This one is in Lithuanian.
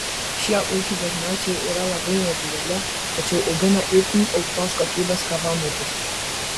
šie ūkiai dažniausiai yra labai nedideli tačiau augina itin aukštos kokybės kavamedžius